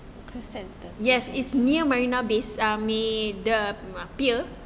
cruise centre